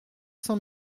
cent